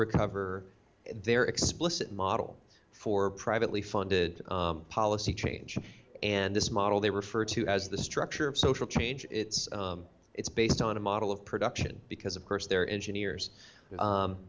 recover their explicit model for privately funded policy change and this model they refer to as the structure of social change it's it's based on a model of production because of course they're engineers